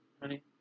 honey